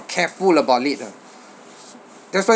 careful about it ah that's why